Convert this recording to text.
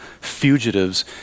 fugitives